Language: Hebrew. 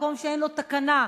מקום שאין לו תקנה,